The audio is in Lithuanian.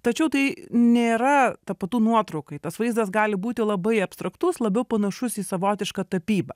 tačiau tai nėra tapatu nuotraukai tas vaizdas gali būti labai abstraktus labiau panašus į savotišką tapybą